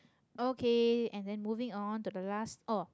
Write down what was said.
okay and then moving on to the last oh